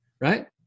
Right